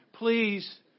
Please